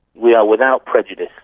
we are without prejudice,